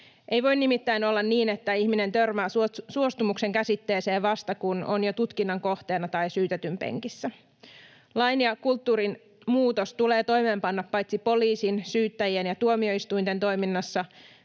Ei voi nimittäin olla niin, että ihminen törmää suostumuksen käsitteeseen vasta, kun on jo tutkinnan kohteena tai syytetyn penkissä. Lain ja kulttuurin muutos tulee toimeenpanna paitsi poliisin, syyttäjien ja tuomioistuinten toiminnassa,